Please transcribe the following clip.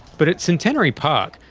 but at centenary park,